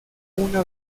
una